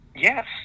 Yes